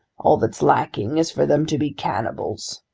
all that's lacking is for them to be cannibals!